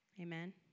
Amen